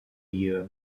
year